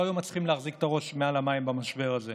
לא היו מצליחים להחזיק את הראש מעל המים במשבר הזה.